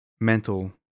mental